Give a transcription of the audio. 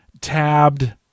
tabbed